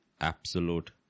absolute